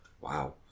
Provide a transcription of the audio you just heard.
Wow